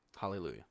Hallelujah